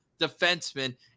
defenseman